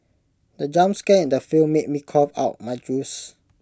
the jump scare in the film made me cough out my juice